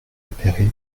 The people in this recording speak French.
appéré